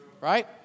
Right